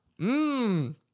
mmm